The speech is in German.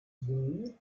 bemüht